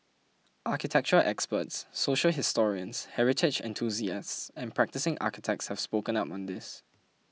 architectural experts social historians heritage enthusiasts and practising architects have spoken up on this